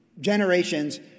generations